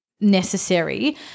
necessary